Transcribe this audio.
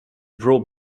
wrote